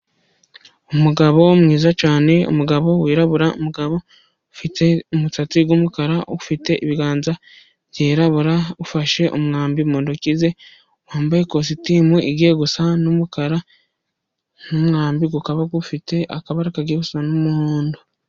Umugabo mwiza cyane, umugabo wirabura, umugabo ufite umusatsi w'umukara, ufite ibiganza byirabura, ufashe umwambi mu ntoki ze, wambaye ikositimu igiye gusa n'umukara, n'umwambi ukaba ufite akabara kajya gusa n'umuhondo.